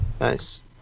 Nice